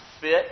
fit